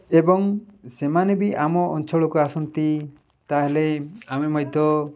ଏବଂ ସେମାନେ ବି ଆମ ଅଞ୍ଚଳକୁ ଆସନ୍ତି ତା'ହେଲେ ଆମେ ମଧ୍ୟ